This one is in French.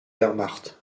wehrmacht